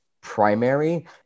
primary